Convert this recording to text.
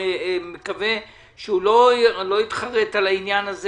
ומקווה שהוא לא יתחרט על העניין הזה,